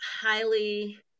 highly